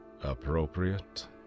appropriate